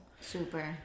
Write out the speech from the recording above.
Super